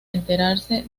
enterarse